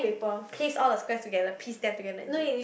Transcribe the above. piece all the squares together piece them together is it